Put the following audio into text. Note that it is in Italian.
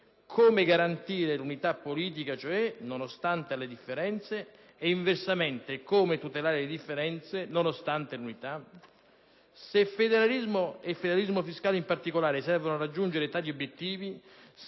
come garantire l'unità politica nonostante le differenze e, inversamente, come tutelare le differenze nonostante l'unità? Se federalismo e federalismo fiscale, in particolare, servono a raggiungere tali obiettivi,